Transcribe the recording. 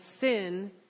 sin